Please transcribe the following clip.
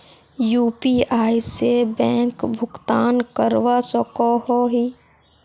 UPI से bank भुगतान करवा सकोहो ही?